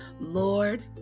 Lord